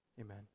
Amen